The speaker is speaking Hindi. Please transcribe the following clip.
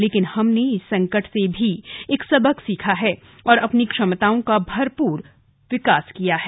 लेकिन हमने इस संकट से भी एक सबक भी सीखा है और अपनी क्षमताओं का भरपूर विकास किया है